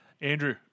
Andrew